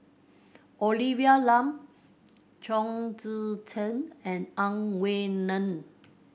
Olivia Lum Chong Tze Chien and Ang Wei Neng